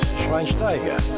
Schweinsteiger